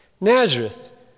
Nazareth